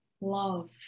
love